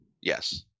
Yes